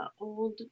old